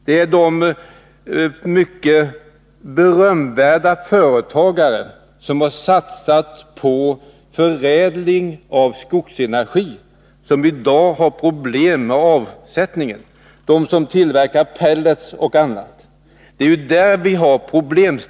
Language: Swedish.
Det är de mycket berömvärda företagare som har satsat på förädling av skogsenergi— de som tillverkar pellets och annat — som i dag har svårigheter med avsättningen. Det är där som vi nu har problem.